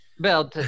Bill